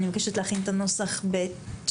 אני מבקשת להכין את הנוסח צ'יק-צ'ק,